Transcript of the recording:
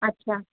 अच्छा